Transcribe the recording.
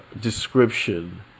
description